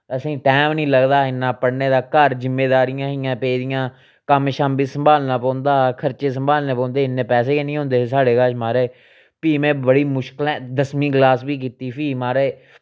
असेंगी टैम नी लगदा इन्ना पढ़ने दा घर जिम्मेदारियां हियां पेदियां कम्म शम्म बी सम्हालना पौंदा हा खरचे सम्हालने पौंदे हे इन्ने पैसे गी नी होंदे हे साढ़े कश महाराज फ्ही में बड़ी मुश्कलें दसमीं क्लास बी कीती फ्ही महाराज